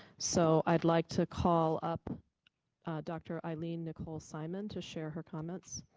so i'd like to call up dr. eileen nicole simon to share her comments.